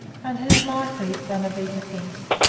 and it is likely, bonavita thinks,